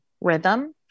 rhythm